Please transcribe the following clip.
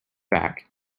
back